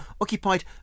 occupied